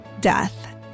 death